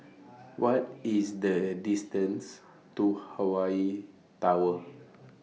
What IS The distance to Hawaii Tower